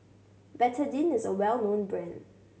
Betadine is a well known brand